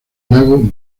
lago